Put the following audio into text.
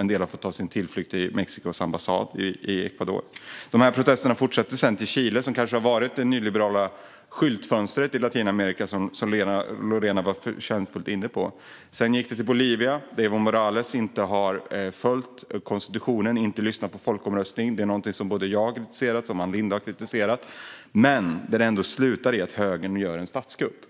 En del har fått ta sin tillflykt till Mexikos ambassad i Ecuador. Protesterna fortsatte till Chile, som kanske varit det nyliberala skyltfönstret i Latinamerika. Det var Lorena kärnfullt inne på. Sedan gick de vidare till Bolivia, där Evo Morales inte har följt konstitutionen eller lyssnat på folkomröstningen. Det är något som både jag och Ann Linde har kritiserat. Men det slutade med att högern gjorde en statskupp.